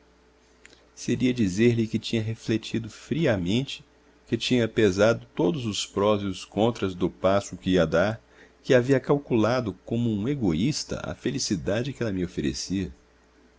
seria dizer-lhe que tinha refletido friamente que tinha pesado todos os prós e os contras do passo que ia dar que havia calculado como um egoísta a felicidade que ela me oferecia